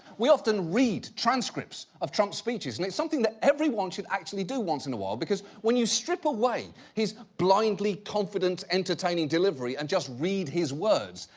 we often read transcripts of trump's speeches, and it's something that everyone should actually do once in a while, because when you strip away his blindly confident entertaining delivery and just read his words,